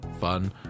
Fun